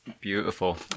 Beautiful